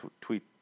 tweet